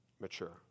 mature